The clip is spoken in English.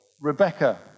Rebecca